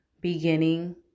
beginning